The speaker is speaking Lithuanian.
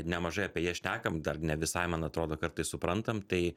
nemažai apie jas šnekam dar nevisai man atrodo kartais suprantam tai